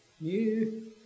new